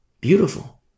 Beautiful